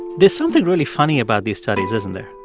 there's something really funny about these studies, isn't there?